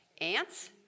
ants